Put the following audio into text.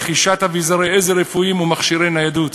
רכישת אביזרי עזר רפואיים ומכשירי ניידות.